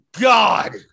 God